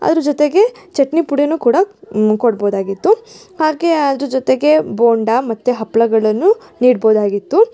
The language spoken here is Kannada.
ಅದ್ರ ಜೊತೆಗೆ ಚಟ್ನಿ ಪುಡಿನೂ ಕೂಡ ಕೊಡ್ಬೋದಾಗಿತ್ತು ಹಾಗೇ ಅದ್ರ ಜೊತೆಗೆ ಬೋಂಡಾ ಮತ್ತು ಹಪ್ಪಳಗಳನ್ನು ನೀಡ್ಬೋದಾಗಿತ್ತು